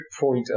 point